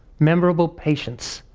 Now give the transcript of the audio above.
memorable patients,